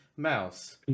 mouse